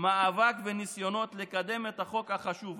מאבק וניסיונות, לקדם את החוק החשוב הזה.